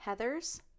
Heathers